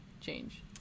change